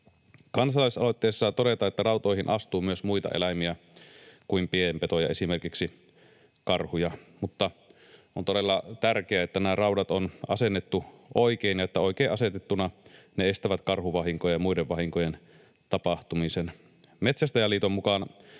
Kansalaisaloitteessa todetaan, että rautoihin astuu myös muita eläimiä kuin pienpetoja, esimerkiksi karhuja, mutta on todella tärkeää, että nämä raudat on asennettu oikein. Oikein asetettuina ne estävät karhuvahinkojen ja muiden vahinkojen tapahtumisen. Metsästäjäliiton mukaan